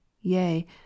yea